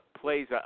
plays